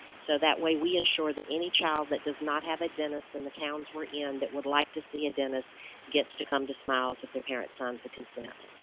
so that way we ensure that any child that does not have a dentist in the towns we're in that would like to see a dentist gets to come to smiles if their parent signs a consent.